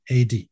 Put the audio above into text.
AD